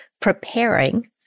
preparing